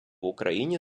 україні